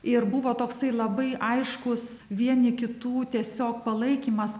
ir buvo toksai labai aiškus vieni kitų tiesiog palaikymas